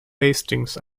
hastings